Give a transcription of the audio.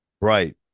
Right